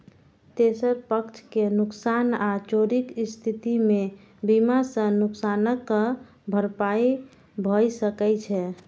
तेसर पक्ष के नुकसान आ चोरीक स्थिति मे बीमा सं नुकसानक भरपाई भए सकै छै